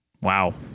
Wow